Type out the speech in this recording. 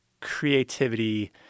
creativity